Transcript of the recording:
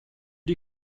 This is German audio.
die